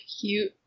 cute